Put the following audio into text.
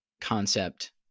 concept